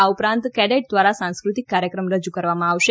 આ ઉપરાંત કેડેટ દ્વારા સાંસ્કૃતિક કાર્યક્રમ રજુ કરવામાં આવશે